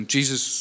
Jesus